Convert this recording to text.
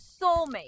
soulmate